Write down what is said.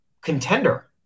contender